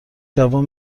جوان